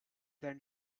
than